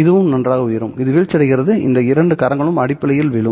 இதுவும் நன்றாக உயரும் இது வீழ்ச்சியடைகிறது இந்த இரண்டு கரங்களும் அடிப்படையில் விழும்